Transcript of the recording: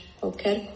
qualquer